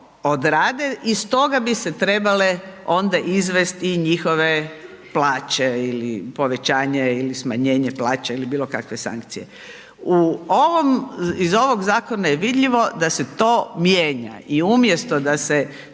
odrade iz toga bi se trebale onda izvesti i njihove plaće ili povećanje ili smanjenje plaća ili bilo kakve sankcije. U ovom, iz ovog zakona je vidljivo da se to mijenja i umjesto da se